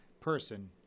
person